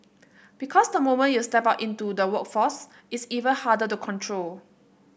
because the moment you step out into the workplace it's even harder to control